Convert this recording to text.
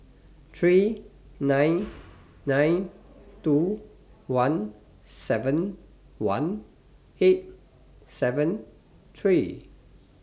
three nine nine two one seven one eight seven three